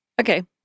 Okay